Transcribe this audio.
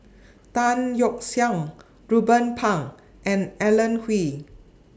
Tan Yeok Seong Ruben Pang and Alan Oei